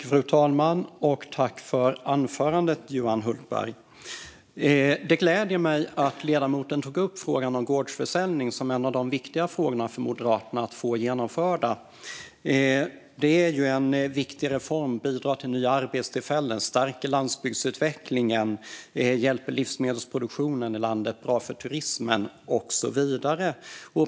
Fru talman! Jag tackar Johan Hultberg för anförandet. Det gläder mig att ledamoten tog upp frågan om gårdsförsäljning som en av de viktiga frågorna för Moderaterna att få genomföra. Denna viktiga reform skulle bidra till nya arbetstillfällen, stärka landsbygdsutvecklingen, hjälpa livsmedelsproduktionen, öka turismen och så vidare.